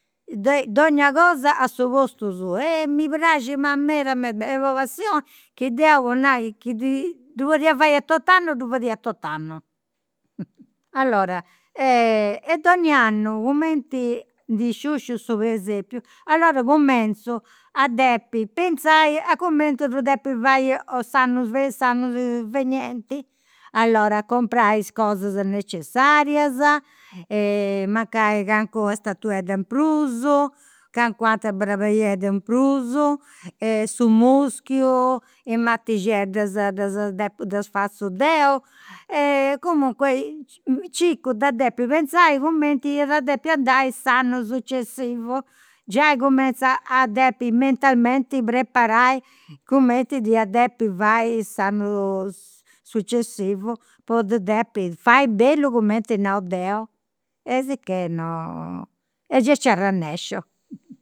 Donnia cosa a su postu suu. E mi praxit ma meda meda, est po passioni chi deu po nai chi ddi ddu podia fai a tot'annu ddu fadia a tot'annu. Allora, e donnia annu cumenti ndi sciusciu su presepiu allora cumintzu a depi penzai a cumenti depi fai s'annu s'annu venienti. Allora, is cosas necessarias, mancai calincuna statuedda in prus, calincuna atera brabeiedda in prus, su muschiu, i' matixeddas ddas depu ddas fazu deu. Comunque circu de depi pentzai cumenti iat depi andai s'annu successivu, giai cumentzu a depi mentalmenti preparai cumenti dd'ia depi fai s'annu successivu, po ddu depi fai bellu cumenti nau deu. E sicchè, gei nci arrennexu